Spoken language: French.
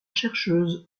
chercheuse